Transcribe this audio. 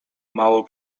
mało